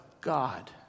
God